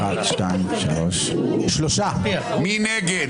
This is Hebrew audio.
מי נגד?